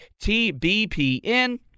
TBPN